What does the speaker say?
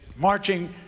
marching